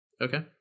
Okay